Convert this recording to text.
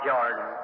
Jordan